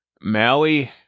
Maui